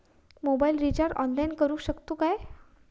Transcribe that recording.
Mobile recharge online करुक शकतू काय?